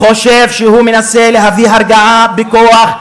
חושב שהוא מנסה להביא הרגעה בכוח,